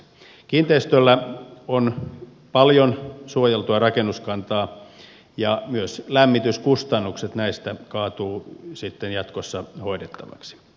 kiinteistöllä on paljon suojeltua rakennuskantaa ja myös lämmityskustannukset näistä kaatuvat sitten jatkossa hoidettavaksi